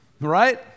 right